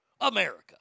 America